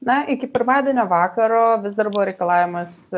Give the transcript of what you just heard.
na iki pirmadienio vakaro vis dar buvo reikalavimas